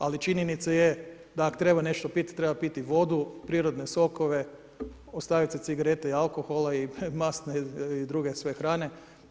Ali činjenica je da ako treba nešto piti, treba piti vodu, prirodne sokove, ostaviti cigarete i alkohola i masne i druge sve hrane.